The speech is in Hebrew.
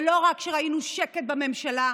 ולא רק שראינו שקט בממשלה,